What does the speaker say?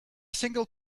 single